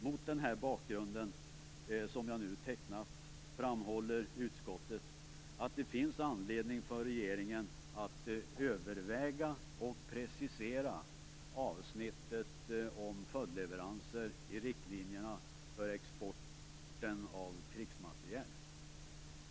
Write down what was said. Mot den bakgrund som jag nu tecknat framhåller utskottet att det finns anledning för regeringen att överväga och precisera avsnittet om följdleveranser i riktlinjerna för exporten av krigsmateriel.